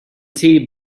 tnt